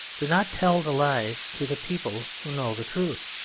do not tell the lies to the people who know the truth.